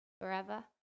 forever